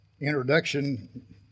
introduction